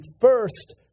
first